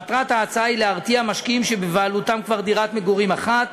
מטרת ההצעה היא להרתיע משקיעים שבבעלותם דירת מגורים אחת